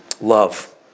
Love